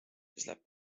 läheb